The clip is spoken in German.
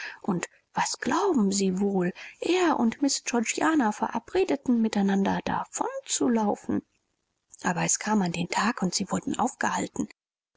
und was glauben sie wohl er und miß georgiana verabredeten miteinander davon zu laufen aber es kam an den tag und sie wurden aufgehalten